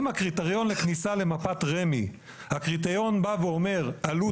אם הקריטריון לכניסה למפת רמ"י הקריטריון בא ואומר עלות